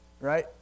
Right